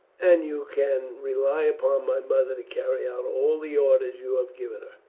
and you can rely upon my mother to carry out all the orders you have given her.